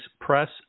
press